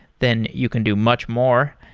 then you can do much more.